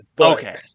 Okay